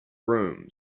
rooms